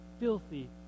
filthy